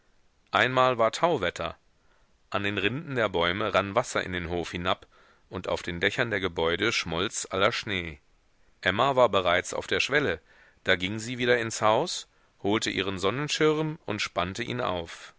einmal war tauwetter an den rinden der bäume rann wasser in den hof hinab und auf den dächern der gebäude schmolz aller schnee emma war bereits auf der schwelle da ging sie wieder ins haus holte ihren sonnenschirm und spannte ihn auf